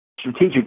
strategic